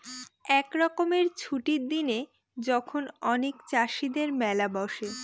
এক রকমের ছুটির দিনে যখন অনেক চাষীদের মেলা বসে